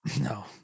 No